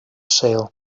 sale